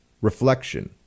Reflection